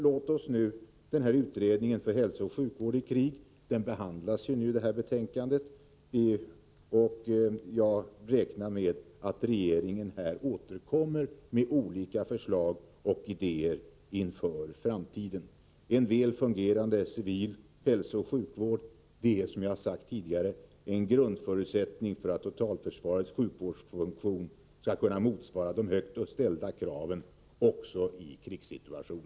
Betänkandet om utbildningen för hälsooch sjukvård i krig kommer att ge regeringen anledning att återkomma med förslag och idéer för den framtida utbildningen. En väl fungerande civil hälsooch sjukvård är som jag tidigare sagt en grundförutsättning för att totalförsvarets sjukvårdsfunktion skall kunna motsvara de högt ställda kraven också i en krigssituation.